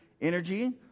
energy